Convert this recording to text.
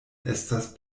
estas